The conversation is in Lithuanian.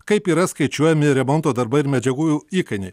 kaip yra skaičiuojami remonto darbai ir medžiagų įkainiai